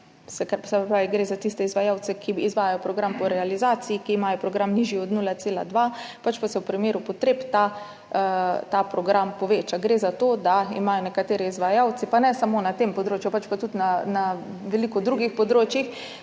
gre za tiste izvajalce, ki izvajajo program po realizaciji, ki imajo program nižji od 0,2, pač pa se v primeru potreb ta program poveča. Gre za to, da imajo nekateri izvajalci, pa ne samo na tem področju, pač pa tudi na veliko drugih področjih,